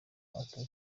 atazi